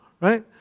right